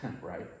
Right